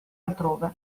altrove